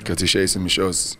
kad išeisim iš jos